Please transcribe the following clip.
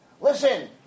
listen